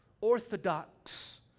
orthodox